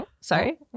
sorry